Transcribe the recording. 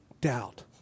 doubt